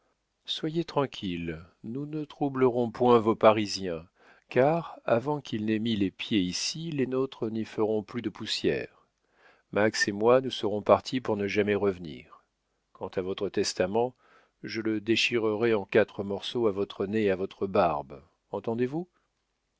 soyez tranquille nous ne troublerons point vos parisiens car n'avant qu'ils n'aient mis les pieds ici les nôtres n'y feront plus de poussière max et moi nous serons partis pour ne jamais revenir quant à votre testament je le déchirerai en quatre morceaux à votre nez et à votre barbe entendez-vous